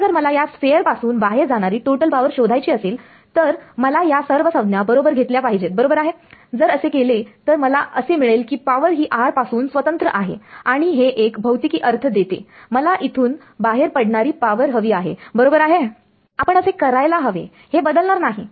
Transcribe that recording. आता जर मला या स्फेअर पासून बाहेर जाणारी टोटल पावर शोधायची असेल तर मला या सर्व संज्ञा बरोबर घेतल्या पाहिजेत बरोबर आहे जर असे केले तर मला असे मिळेल की पावर ही r पासून स्वतंत्र आहे आणि हे एक भौतिकी अर्थ देते मला इथून बाहेर पडणारी पावर हवी आहे बरोबर आहे आपण असे करायला हवे हे बदलणार नाही